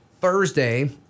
Thursday